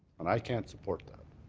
and i can't support that.